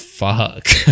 fuck